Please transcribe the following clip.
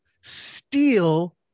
steal